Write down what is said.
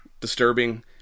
disturbing